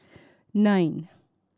nine